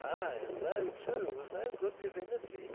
ay and no, too, was no good divinity.